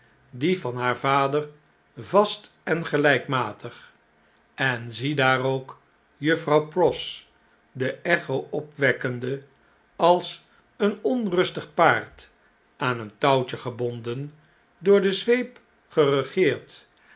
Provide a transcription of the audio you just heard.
die van haar vader vast en geiykmatig en zie daar ook juffrouw pross de echo opwekkende als een onrustig paard aan een touwtje gebonden door de zweep geregeerd